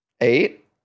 eight